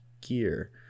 gear